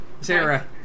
Sarah